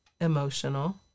Emotional